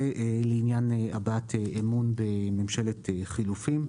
זה לעניין הבעת אמון בממשלת חילופין.